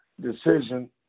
decision